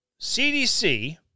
CDC